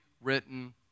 written